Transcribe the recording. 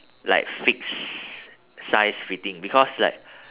like fixed size fitting because like